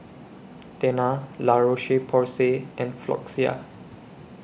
Tena La Roche Porsay and Floxia